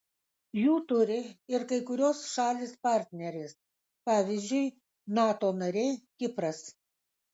jų turi ir kai kurios šalys partnerės pavyzdžiui nato narė kipras